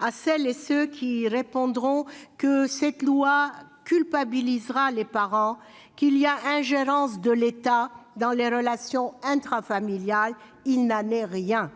À celles et ceux qui objecteront que cette loi culpabilisera les parents, qu'il y a ingérence de l'État dans les relations intrafamiliales, je réponds par